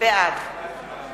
בעד